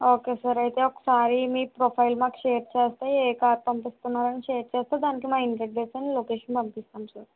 okay sir అయితే ఒకసారి మీ ప్రొఫైల్ మాకు షేర్ చేస్తే ఏ కార్ పంపిస్తున్నారని షేర్ చేస్తే దానికి మా ఇంటి అడ్రస్ అండ్ లొకేషన్ పంపిస్తాం సార్